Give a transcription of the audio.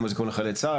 יום הזיכרון לחללי צה"ל,